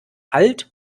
hallt